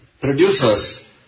Producers